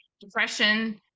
depression